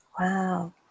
wow